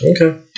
Okay